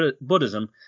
Buddhism